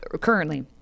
currently